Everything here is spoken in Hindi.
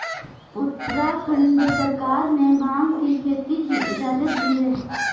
उत्तराखंड सरकार ने भाँग की खेती की इजाजत दी है